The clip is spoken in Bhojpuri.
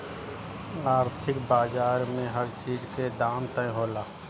आर्थिक बाजार में हर चीज के दाम तय होला